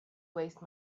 waste